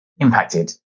impacted